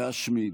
להשמיד.